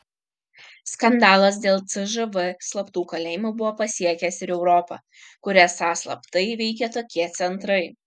skandalas dėl cžv slaptų kalėjimų buvo pasiekęs ir europą kur esą slaptai veikė tokie centrai